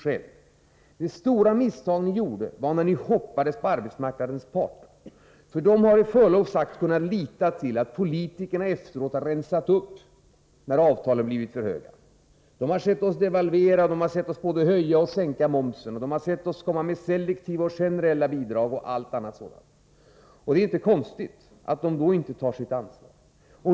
Det stora misstag som ni gjorde, var att ni hoppades på arbetsmarknadens parter; för de har, med förlov sagt, kunnat lita på att politikerna efteråt har rensat upp då avtalen blivit för höga. Arbetsmarknadens parter har sett oss devalvera, de har sett oss både höja och sänka momsen och de har sett oss komma med selektiva och generella bidrag och allt annat sådant. Och det är inte konstigt att de då inte tar sitt ansvar.